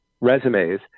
resumes